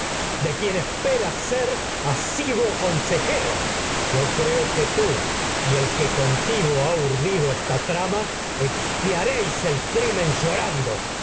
de sófocles esperas ser asiduo consejero yo creo que tú y el que contigo ha urdido esta trama do y expiaréis el crimen lloran